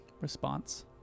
response